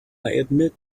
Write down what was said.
admit